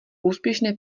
úspěšné